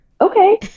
okay